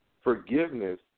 forgiveness